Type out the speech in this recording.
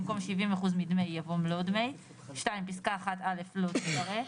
במקום "70% מדמי" יבוא "מלוא דמי"; (2)פסקה (1א) לא תיקרא,